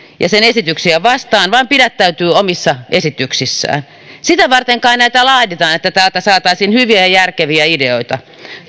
ja sen esityksiä vastaan vaan pidättäytyi omissa esityksissään sitä varten kai näitä laaditaan että täältä saataisiin hyviä ja järkeviä ideoita